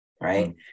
right